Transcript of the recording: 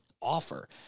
offer